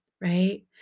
right